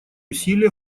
усилия